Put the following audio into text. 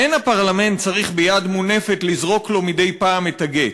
אין הפרלמנט צריך ביד מונפת / לזרוק לו מדי פעם את הגט.